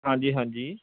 ਹਾਂਜੀ ਹਾਂਜੀ